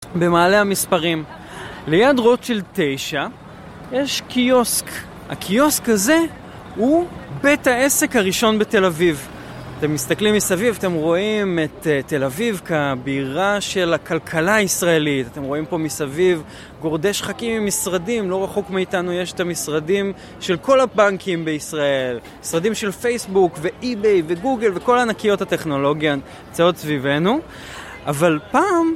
במעלה המספרים. ליד רוטשילד 9 יש קיוסק. הקיוסק הזה הוא בית העסק הראשון בתל אביב. אתם מסתכלים מסביב אתם רואים את תל אביב כבירה של הכלכלה הישראלית. אתם רואים פה מסביב גורדי שחקים עם משרדים. לא רחוק מאיתנו יש את המשרדים של כל הבנקים בישראל. משרדים של פייסבוק ואיבאי וגוגל וכל ענקיות הטכנולוגיה נמצאות סביבנו. אבל פעם